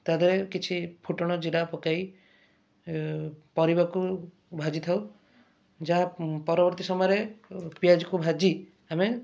ତା' ଦେହରେ କିଛି ଫୁଟଣ ଜିରା ପକାଇ ପରିବାକୁ ଭାଜି ଥାଉ ଯାହା ପରବର୍ତ୍ତୀ ସମୟରେ ପିଆଜକୁ ଭାଜି ଆମେ